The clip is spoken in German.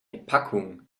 packung